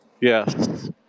Yes